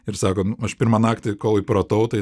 ir sako nu aš pirmą naktį kol įpratau tai